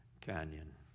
Canyon